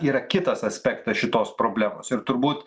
yra kitas aspektas šitos problemos ir turbūt